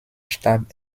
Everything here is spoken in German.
starb